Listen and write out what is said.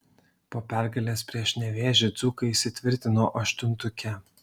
po pergalės prieš nevėžį dzūkai įsitvirtino aštuntuke